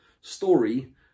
story